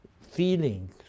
feeling